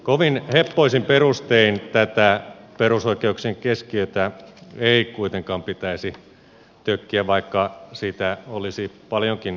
kovin heppoisin perustein tätä perusoikeuksien keskiötä ei kuitenkaan pitäisi tökkiä vaikka siitä olisi paljonkin irtopisteitä jaossa